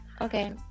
Okay